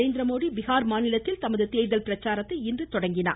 நரேந்திரமோடி பீகார் மாநிலத்தில் தமது தேர்தல் பிரச்சாரத்தை இன்று தொடங்கினார்